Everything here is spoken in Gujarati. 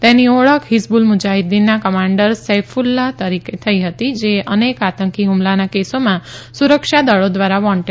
તેની ઓળખ હિઝબુલ મુજાહીદ્દીનના કમાન્ડર સૈક્લ્લાહ તરીકે થઇ હતી જે અનેક આતંકી હ્મલાના કેસોમાં સુરક્ષાદળો દ્વારા વોન્ટેડ હતો